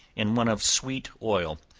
and one of sweet oil,